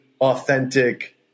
authentic